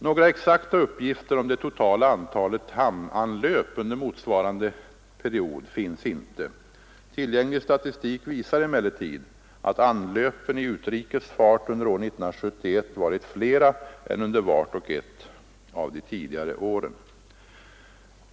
Några exakta uppgifter om det totala antalet hamnanlöp under motsvarande period finns inte. Tillgänglig statistik visar emellertid att anlöpen i utrikes fart under år 1971 varit flera än under vart och ett av de tidigare åren.